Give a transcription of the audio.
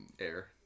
Air